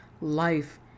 life